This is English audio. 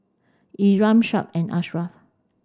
Iman Shuib and Ashraff